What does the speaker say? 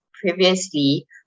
previously